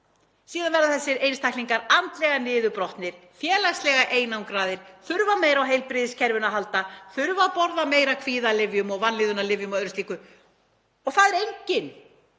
Síðan verða þessir einstaklingar andlega niðurbrotnir, félagslega einangraðir, þurfa meira á heilbrigðiskerfinu að halda, þurfa að borða meira af kvíðalyfjum og vanlíðunarlyfjum og öðru slíku. Það er enginn